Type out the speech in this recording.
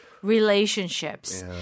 relationships